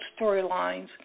storylines